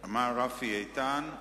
מר רפי איתן.